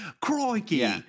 Crikey